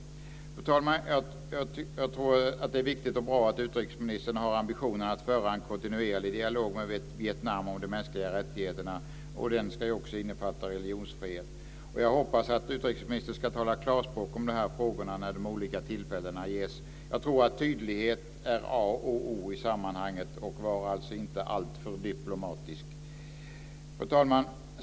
Fru talman! Jag tror att det är viktigt och bra att utrikesministern har ambitionen att föra en kontinuerlig dialog med Vietnam om de mänskliga rättigheterna. Och den ska ju också innefatta religionsfrihet. Jag hoppas att utrikesministern ska tala klarspråk om de här frågorna när de olika tillfällena ges. Jag tror att tydlighet är A och O i sammanhanget. Var alltså inte alltför diplomatisk! Fru talman!